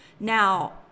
Now